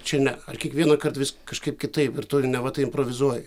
čia ne ar kiekvienąkart vis kažkaip kitaip ir tu neva tai improvizuoji